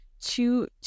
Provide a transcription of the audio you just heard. two